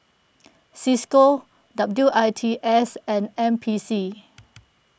Cisco W I T S and N P C